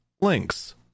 links